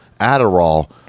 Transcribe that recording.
Adderall